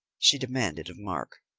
she demanded of mark.